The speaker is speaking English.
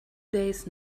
days